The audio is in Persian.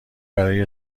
برای